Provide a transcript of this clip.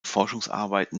forschungsarbeiten